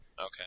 Okay